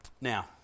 Now